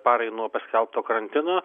parai nuo paskelbto karantino